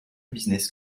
business